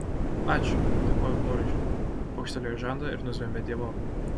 ačiū padėkojo boružė pakštelėjo į žandą ir nuzvimbė dievop